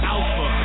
Alpha